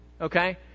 Okay